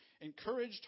encouraged